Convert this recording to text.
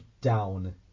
down